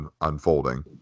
unfolding